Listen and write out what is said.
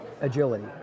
agility